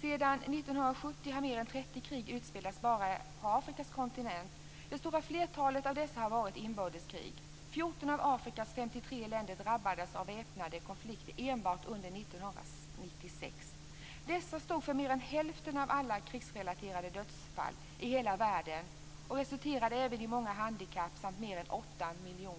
Sedan 1970 har mer än 30 krig utspelats bara på Afrikas kontinent. Det stora flertalet av dessa har varit inbördeskrig. 14 av Afrikas 53 länder drabbades av väpnade konflikter enbart under 1996. Dessa stod för mer än hälften av alla krigsrelaterade dödsfall i hela världen. De resulterade även i många handikapp samt mer än 8 miljoner flyktingar.